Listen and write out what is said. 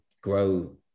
grow